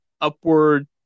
upward